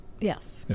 Yes